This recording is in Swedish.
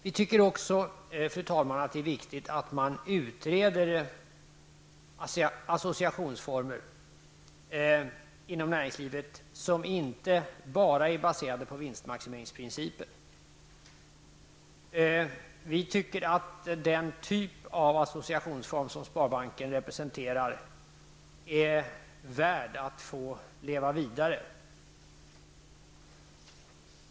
Vi tycker, fru talman, att det också är viktigt att man utreder associationsformer inom näringslivet som inte bara är baserade på vinstmaximeringsprincipen. Vi tycker att den associationsform som sparbankerna representerar är värd att få leva vidare.